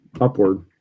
upward